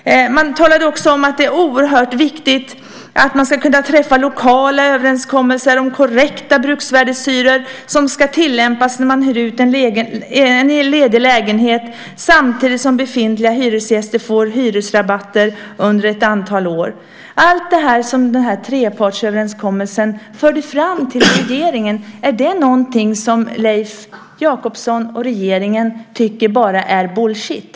Man talade också om att det är oerhört viktigt att kunna träffa lokala överenskommelser om korrekta bruksvärdeshyror som ska tillämpas när en ledig lägenhet hyrs ut - detta samtidigt som befintliga hyresgäster får hyresrabatter under ett antal år. Är allt det som i trepartsöverenskommelsen fördes fram till regeringen någonting som Leif Jakobsson och regeringen tycker är bara bullshit?